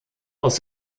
aus